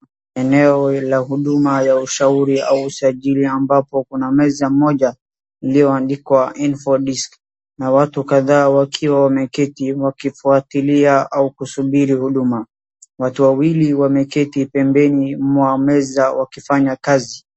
Eneo la huduma ya ushauri au usajili ambapo kuna meza moja iliyoandikwa "Info Desk" na watu kadhaa wakiwa wameketi wakifuatilia au kusubiri huduma. Watu wawili wameketi pembeni mwa meza wakifanya kazi.